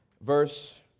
verse